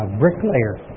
bricklayer